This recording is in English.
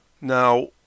Now